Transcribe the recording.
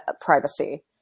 privacy